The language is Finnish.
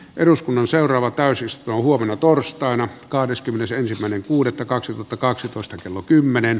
eduskunnan seuraavat pääsystä huomenna torstaina kahdeskymmenesensimmäinen kuudetta kaksituhattakaksitoista kello kymmenen